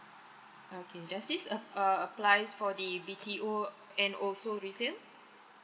okay does this a~ err applies for the B_T_O and also resale